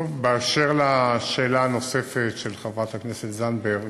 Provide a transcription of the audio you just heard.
טוב, אשר לשאלה הנוספת של חברת הכנסת זנדברג,